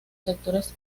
sectores